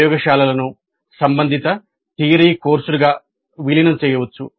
ప్రయోగశాలలను సంబంధిత థియరీ కోర్సులుగా విలీనం చేయవచ్చు